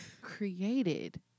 created